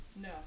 No